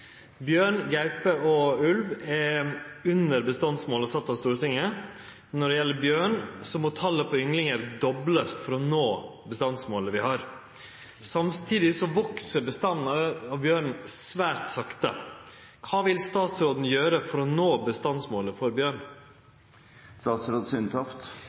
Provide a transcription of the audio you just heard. Bjørn, gaupe og ulv er under bestandsmålet sett av Stortinget. Når det gjeld bjørn må talet på ynglingar doblast for å nå bestandsmålet. Samstundes veks bestanden av bjørn særs sakte. Kva vil statsråden gjere for å nå bestandsmålet for bjørn?»